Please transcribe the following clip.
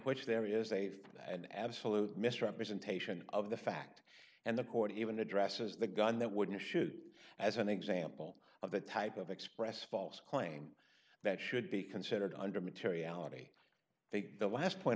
which there is a full and absolute misrepresentation of the fact and the court even addresses the gun that wouldn't shoot as an example of the type of express false claim that should be considered under materiality the last point